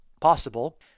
possible